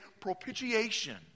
propitiation